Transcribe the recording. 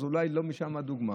אז אולי לא משם הדוגמה,